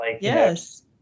Yes